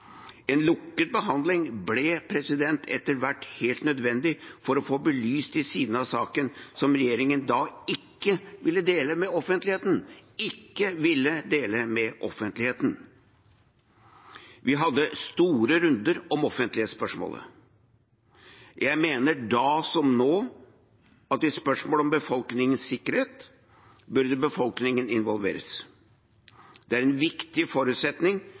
én lukket. En lukket behandling ble etter hvert helt nødvendig for å få belyst de sidene av saken som regjeringen da ikke ville dele med offentligheten. Vi hadde store runder om offentlighetsspørsmålet. Jeg mener nå, som da, at i spørsmål om befolkningens sikkerhet bør befolkningen involveres. Det er en viktig forutsetning